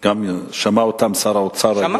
ולכן הסוגיה הזאת, צריך להבין,